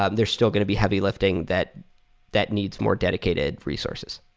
um there's still going to be heavy lifting that that needs more dedicated resources.